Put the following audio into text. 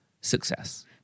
success